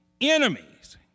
enemies